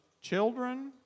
Children